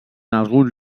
alguns